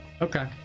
okay